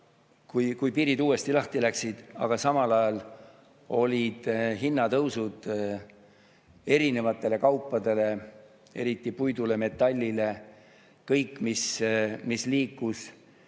kui piirid uuesti lahti läksid, aga samal ajal olid hinnatõusud erinevatele kaupadele, eriti puidule, metallile, kõik, mis liikus,